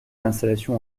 l’installation